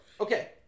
Okay